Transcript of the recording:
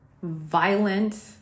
Violent